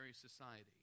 Society